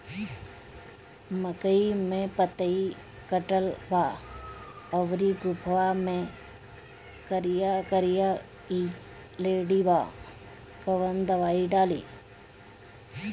मकई में पतयी कटल बा अउरी गोफवा मैं करिया करिया लेढ़ी बा कवन दवाई डाली?